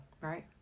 Right